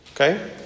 Okay